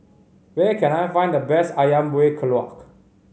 where can I find the best Ayam Buah Keluak